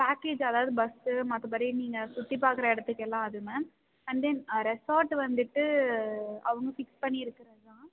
package அதாவது bus மற்றபடி நீங்கள் சுற்றி பார்க்குற இடத்துக்கெல்லாம் அது மேம் அண்ட் தென் ரெஸ்ஸார்ட்டு வந்துட்டு அவங்க ஃபிக்ஸ் பண்ணி இருக்கிறது தான்